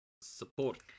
support